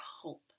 hope